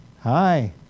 Hi